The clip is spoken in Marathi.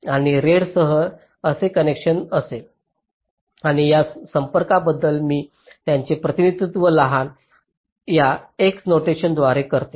आणि रेड सह असे कनेक्शन असेल आणि या संपर्कांबद्दल मी त्यांचे प्रतिनिधित्व लहान या एक्स नोटेशनद्वारे करते